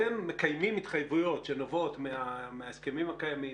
אתם מקיימים התחייבויות שנובעות מההסכמים הקיימים